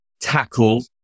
tackle